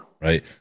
right